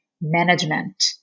management